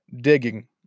digging